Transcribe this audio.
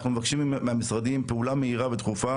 אנחנו מבקשים מהמשרדים פעולה מהירה ודחופה